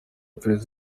iperereza